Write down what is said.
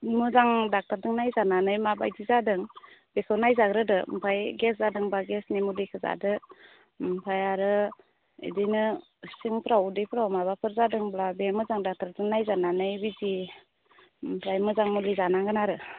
मोजां डक्ट'रजों नायजानानै माबायदि जादों बेखौ नायजाग्रोदो ओमफ्राय गेस जादोंबा गेसनि मुलिखौ जादो ओमफ्राय आरो बिदिनो सिंफ्राव उदैफ्राव माबाफोर जादोंब्ला बे मोजां डक्ट'रजों नायजानानै बिजि ओमफ्राय मोजां मुलि जानांगोन आरो